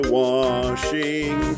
washing